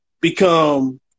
become